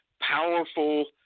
powerful